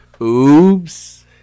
Oops